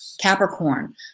Capricorn